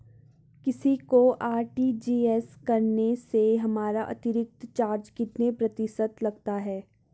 किसी को आर.टी.जी.एस करने से हमारा अतिरिक्त चार्ज कितने प्रतिशत लगता है?